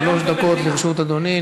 שלוש דקות לרשות אדוני.